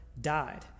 died